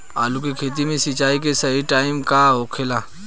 आलू के खेती मे सिंचाई के सही टाइम कब होखे ला?